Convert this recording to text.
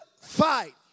fight